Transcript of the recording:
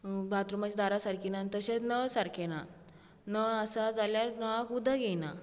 बाथरुमांचीं दारां सारकीं नात तशेंच नळ सारके ना नळ आसा जाल्यार नळाक उदक येना